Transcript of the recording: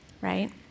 right